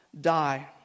die